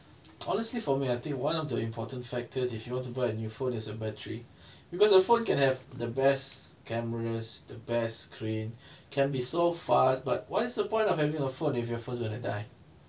honestly for me ah I think one of the important factors if you want to buy a new phone is the battery because the phone can have the best cameras the best screen can be so fast but what is the point of having a phone if your phone's gonna die